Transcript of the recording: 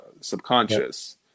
subconscious